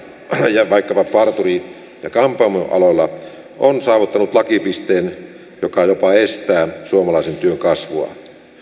ja vaikkapa parturi ja kampaamoaloilla on saavuttanut lakipisteen joka jopa estää suomalaisen työn kasvua